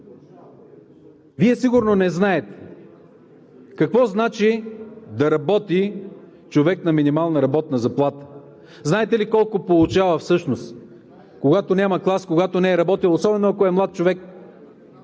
Вие сигурно не знаете какво значи човек да работи на минимална работна заплата, знаете ли колко получава всъщност – когато няма клас, когато не е работил, особено ако е млад човек?